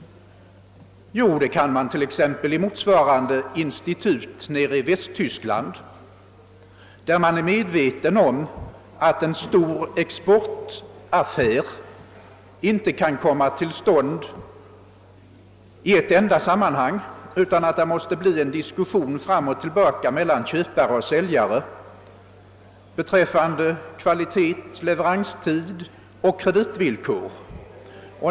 Jo, det kan man få t.ex. i motsvarande institut i Västtyskland. Man är där på det klara med att en stor exportaffär inte kan komma till stånd i ett enda sammanhang, utan att det måste bli fråga om en diskussion mellan köpare och säljare beträffande pris, kvalitet, leveranstid och kreditvillkor.